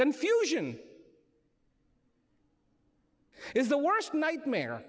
confusion is the worst nightmare